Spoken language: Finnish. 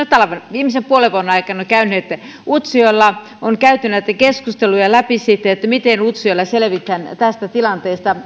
viimeisen puolen vuoden aikana käyneet utsjoella on käyty näitä keskusteluja läpi miten utsjoella selvitään tästä tilanteesta